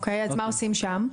אוקיי, מה עושים שם?